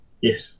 Yes